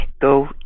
go